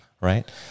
right